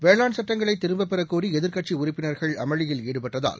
வேளாண் சட்டங்களைதிரும்பப்பெறகோரிஎதிர்க்கட்சிஉறுப்பினர்கள் அமளியில் ஈடுபட்டதால்